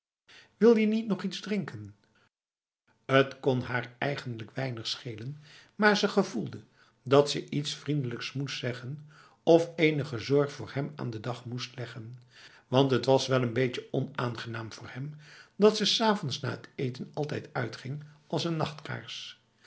wil je niet nog iets drinken t kon haar eigenlijk weinig schelen maar ze gevoelde dat ze iets vriendelijks moest zeggen of enige zorg voor hem aan den dag moest leggen want het was wel n beetje onaangenaam voor hem dat ze s avonds na het eten altijd uitging als een nachtkaars